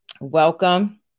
Welcome